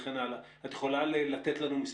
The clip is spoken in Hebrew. אם פונה תורם ליחידה, לממונה,